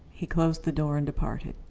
he closed the door and departed.